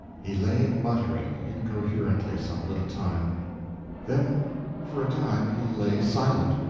he lay muttering incoherently some little time then for a time he lay silent,